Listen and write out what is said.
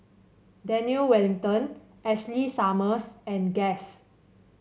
Daniel Wellington Ashley Summers and Guess